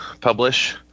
publish